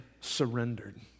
surrendered